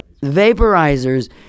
vaporizers